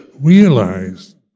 realized